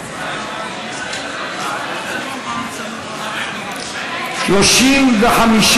סעיפים 1 2 נתקבלו.